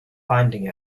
finding